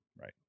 right